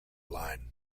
line